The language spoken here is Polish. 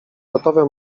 gotowe